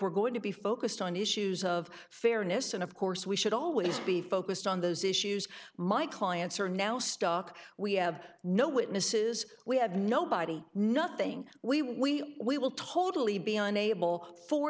we're going to be focused on issues of fairness and of course we should always be focused on those issues my clients are now stuck we have no witnesses we have nobody nothing we we will totally be on